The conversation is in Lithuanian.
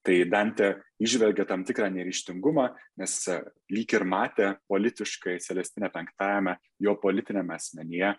tai dantė įžvelgia tam tikrą neryžtingumą nes lyg ir matė politiškai celestine penktajame jo politiniame asmenyje